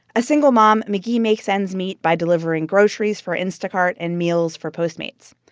a single mom, mcghee makes ends meet by delivering groceries for instacart and meals for postmates.